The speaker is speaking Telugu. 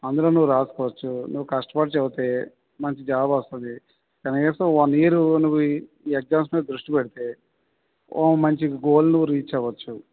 అందులో నువ్వు రాసుకోవచ్చు నువ్వు కష్టపడి చదివితే మంచి జాబు వస్తుంది కనీసం వన్ ఇయర్ నువ్వు ఈ ఎగ్జామ్స్ మీద దృష్టి పెడితే ఒక మంచి గోల్ నువ్వు రీచ్ అవ్వచ్చు